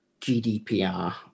GDPR